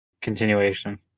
continuation